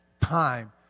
Time